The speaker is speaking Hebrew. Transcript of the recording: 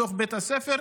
בתוך בית הספר,